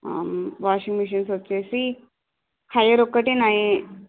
washing machines వచ్చేసి Haier ఒక్కటే nine